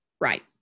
Right